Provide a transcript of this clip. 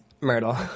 Myrtle